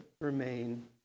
remain